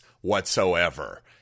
whatsoever